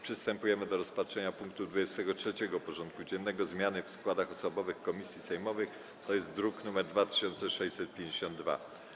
Przystępujemy do rozpatrzenia punktu 23. porządku dziennego: Zmiany w składach osobowych komisji sejmowych (druk nr 2652)